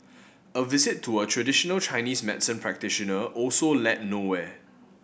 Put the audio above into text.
a visit to a traditional Chinese medicine practitioner also led nowhere